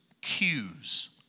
cues